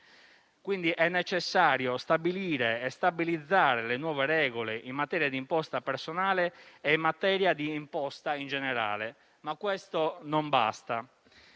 È necessario stabilire e stabilizzare le nuove regole in materia di imposta personale e in materia di imposta in generale; ma questo non basta.